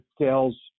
sales